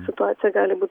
situacija gali būt